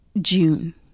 June